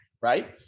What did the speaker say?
right